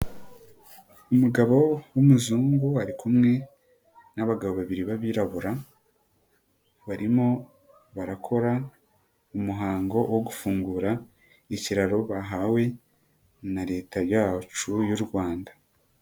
umugabo w'umuzungu ari kumwe n'abagabo babiri b'abirabura, barimo barakora umuhango wo gufungura, ikiraro bahawe na leta yacu y'u rwanda.